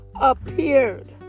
appeared